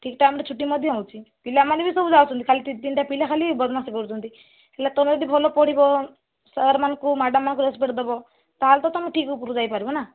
ଠିକ୍ ଟାଇମ୍ରେ ଛୁଟି ମଧ୍ୟ ହେଉଛି ପିଲା ମାନେ ବି ସବୁ ଯାଉଛନ୍ତି ଖାଲି ଦୁଇ ତିନିଟା ପିଲା ଖାଲି ବଦ୍ମାସି କରୁଛନ୍ତି ହେଲେ ତମେ ଯଦି ଭଲ ପଢ଼ିବ ସାର୍ ମାନଙ୍କୁ ମ୍ୟାଡ଼ାମ୍ ମାନଙ୍କୁ ରେସପେକ୍ଟ ଦେବ